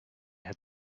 had